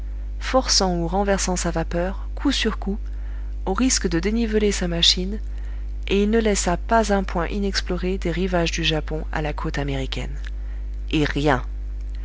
forçant ou renversant sa vapeur coup sur coup au risque de déniveler sa machine et il ne laissa pas un point inexploré des rivages du japon à la côte américaine et rien